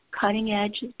cutting-edge